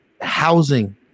housing